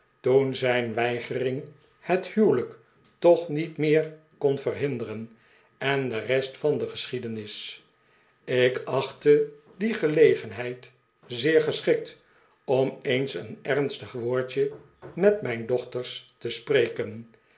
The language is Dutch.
toen zijn weigering het huwelijk toch niet meer kon verhinderen en de rest van de geschiedenis ik achtte die gelegenheid zeer geschikt om eens een ernstig woordje met mijn dochters te spreken